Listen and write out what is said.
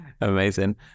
Amazing